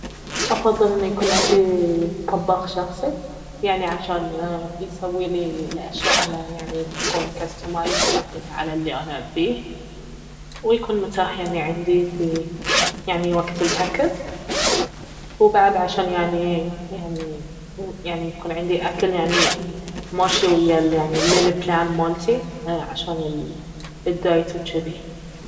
افضل انه يكون عندي طباخ شخصي يعني عشان يسويلي الأشياء على يعني تكون كاستمايزد انها على الي انا ابيه ويكون متاح يعني عندي في يعني وقت الاكل وبعد عشان يعني- يعني- يعني يكون عندي اكل يعني ماشي ويا يعني الميل بلان مالتي عشان الدايت وجذي